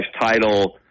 title